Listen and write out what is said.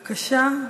בבקשה.